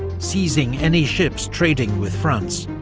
seizing any ships trading with france,